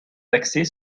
d’accès